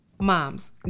Moms